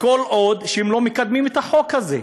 כל עוד הם לא מקדמים את החוק הזה.